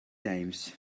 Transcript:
times